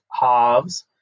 halves